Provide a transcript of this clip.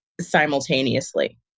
simultaneously